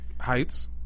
heights